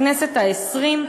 הכנסת העשרים.